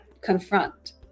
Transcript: confront